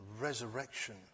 resurrection